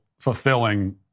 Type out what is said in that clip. fulfilling